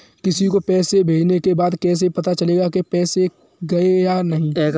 किसी को पैसे भेजने के बाद कैसे पता चलेगा कि पैसे गए या नहीं?